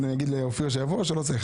אני אגיד לאופיר שיבוא או שלא צריך?